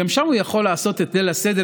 גם שם הוא יכול לעשות את ליל הסדר,